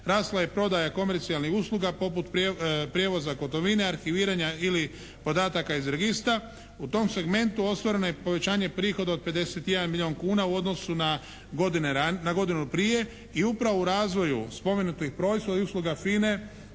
Rasla je prodaja komercijalnih usluga poput prijevoza gotovine, arhiviranja ili podataka iz registra. U tom segmentu ostvareno je i povećanje prihoda od 51 milijun kuna u odnosu na godinu prije i upravo u razvoju spomenutih proizvoda i usluga